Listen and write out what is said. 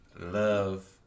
Love